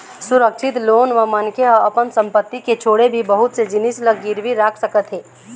सुरक्छित लोन म मनखे ह अपन संपत्ति के छोड़े भी बहुत से जिनिस ल गिरवी राख सकत हे